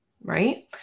right